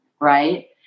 right